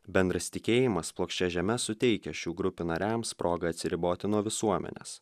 bendras tikėjimas plokščia žeme suteikia šių grupių nariams progą atsiriboti nuo visuomenės